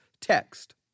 text